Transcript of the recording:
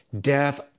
Death